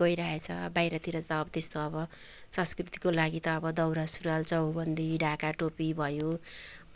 गइराखेको छ बाहिरतिर त अब त्यस्तो अब संस्कृतिको लागि त अब दौरा सुरुवाल चौबन्दी ढाका टोपी भयो